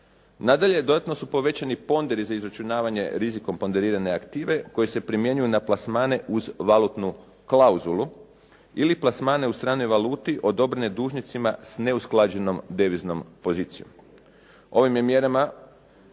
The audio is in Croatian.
Nadalje, dodatno su povećani ponderi za izračunavanje rizikom ponderirane aktive koji se primjenjuju na plasmane uz valutnu klauzulu ili plasmane u stranoj valuti odobrene dužnicima sa neusklađenom deviznom pozicijom. Ovim je mjerama